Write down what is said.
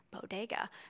bodega